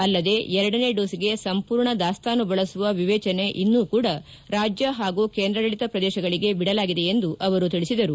ಅಲ್ಲದೆ ಎರಡನೇ ಡೋಸ್ಗೆ ಸಂಪೂರ್ಣ ದಾಸ್ತಾನು ಬಳಸುವ ವಿವೇಚನೆ ಇನ್ನೂ ಕೂಡಾ ರಾಜ್ಯ ಹಾಗೂ ಕೇಂದ್ರಾಡಳಿತ ಪ್ರದೇಶಗಳಿಗೆ ಬಿಡಲಾಗಿದೆ ಎಂದು ಅವರು ತಿಳಿಸಿದರು